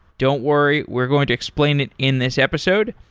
don't worry. we're going to explain it in this episode.